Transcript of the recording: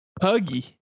Puggy